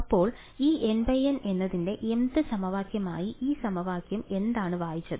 അപ്പോൾ ഈ N × N എന്നതിലെ mth സമവാക്യമായി ഈ സമവാക്യം എന്താണ് വായിച്ചത്